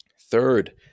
Third